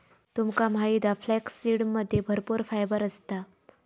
तुमका माहित हा फ्लॅक्ससीडमध्ये भरपूर फायबर असता